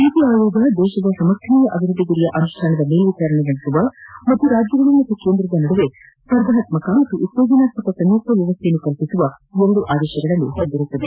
ನೀತಿ ಆಯೋಗವು ದೇಶದ ಸಮರ್ಥನೀಯ ಅಭಿವೃದ್ದಿ ಗುರಿಯ ಅನುಷ್ಠಾನದ ಮೇಲ್ವಿಚಾರಣೆ ನಡೆಸುವ ಹಾಗೂ ರಾಜ್ಯಗಳು ಮತ್ತು ಕೇಂದ್ರದ ನಡುವೆ ಸ್ಪರ್ಧಾತ್ಮಕ ಮತ್ತು ಉತ್ತೇಜನಾತ್ಮಕ ಸಂಯುಕ್ತ ವ್ಯವಸ್ಥೆ ಕಲ್ಪಿಸುವ ಎರಡು ಆದೇಶಗಳನ್ನು ಹೊಂದಿದೆ